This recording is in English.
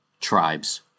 tribes